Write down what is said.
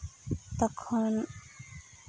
ᱛᱚᱠᱷᱚᱱ